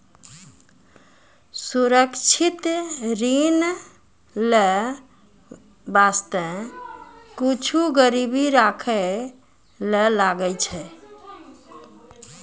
सुरक्षित ऋण लेय बासते कुछु गिरबी राखै ले लागै छै